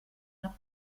noch